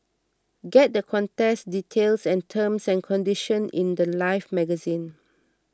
get the contest details and terms and conditions in the Life magazine